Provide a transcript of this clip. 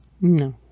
No